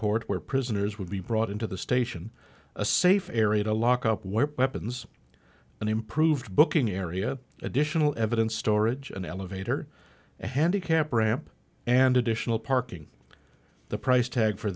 port where prisoners would be brought into the station a safe area to lock up weapons and improved booking area additional evidence storage and elevator a handicap ramp and additional parking the price tag for